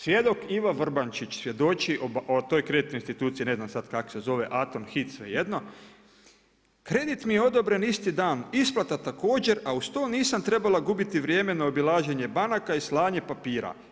Svjedok Iva Vrbančić, svjedoči o tom kreditnoj instituciji, ne znam, sad kak se zove, Atom, Hit, svejedno, kredit mi je odobren isti dan, isplata također, a uz to nisam trebala gubiti vrijeme na obilaženje banaka i slanje papira.